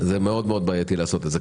מאוד בעייתי לעשות את זה.